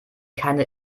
keine